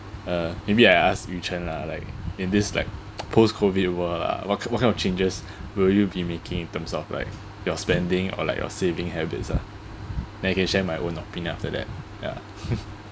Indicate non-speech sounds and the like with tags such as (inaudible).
uh maybe I ask you Yu Chen lah like in this like (noise) post COVID world ah what kind what kind of changes (breath) will you be making in terms of like your spending or like your saving habits [lah]then I can share my own opinion after that ya (laughs)